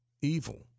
evil